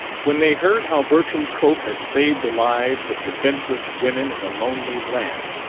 when they heard how bertram cope had saved the lives of defenseless women in a lonely land,